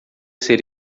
ser